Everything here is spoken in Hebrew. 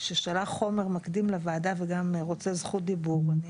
ששלח חומר מקדים לוועדה וגם רוצה זכות דיבור ואני